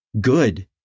Good